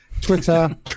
Twitter